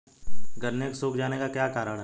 गन्ने के सूख जाने का क्या कारण है?